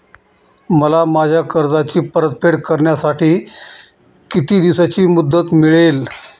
मला माझ्या कर्जाची परतफेड करण्यासाठी किती दिवसांची मुदत मिळेल?